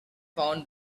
found